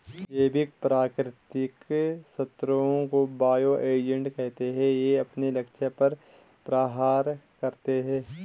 जैविक प्राकृतिक शत्रुओं को बायो एजेंट कहते है ये अपने लक्ष्य पर ही प्रहार करते है